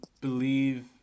believe